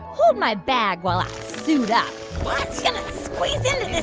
hold my bag while i suit up what? going to squeeze into